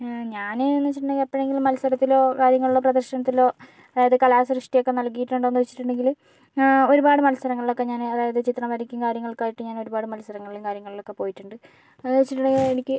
ഞാൻ എന്നു വെച്ചിട്ടുണ്ടെങ്കിൽ എപ്പോഴെങ്കിലും മത്സരത്തിലോ കാര്യങ്ങളിലോ പ്രദർശനത്തിലോ അതായത് കല സൃഷ്ടിയൊക്കെ നൽകിയിട്ടുണ്ടോയെന്ന് ചോദിച്ചിട്ടുണ്ടെങ്കിൽ ഒരുപാട് മത്സരങ്ങളിലൊക്കെ ഞാന് അതായത് ചിത്രം വരയ്ക്കും കാര്യങ്ങൾക്കായിട്ട് ഞാൻ ഒരുപാട് മത്സരങ്ങളിലും കാര്യങ്ങളിലൊക്കെ പോയിട്ടുണ്ട് എന്താണെന്ന് വെച്ചിട്ടുണ്ടെങ്കിൽ എനിക്ക്